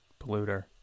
polluter